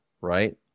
right